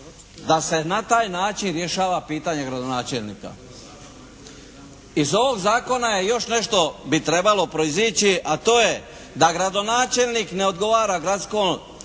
da se na taj način rješava pitanje gradonačelnika. Iz ovog zakona još nešto bi trebalo proizići a to je da gradonačelnik ne odgovara gradskom